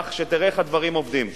כך שתראה איך הדברים עובדים.